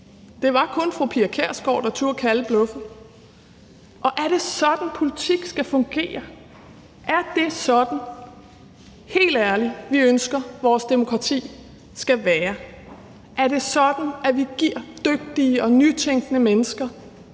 Det var kun fru Pia Kjærsgaard, der turde kalde bluffet. Og er det sådan, politik skal fungere? Er det sådan – helt ærligt – vi ønsker at vores demokrati skal være? Er det sådan, vi giver dygtige og nytænkende mennesker